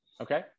Okay